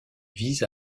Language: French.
vise